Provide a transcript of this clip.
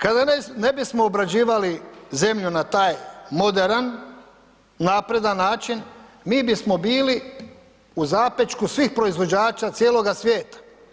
Kada ne bismo obrađivali zemlju na taj moderan, napredan način, mi bismo bili u zapećku svih proizvođača cijeloga svijeta.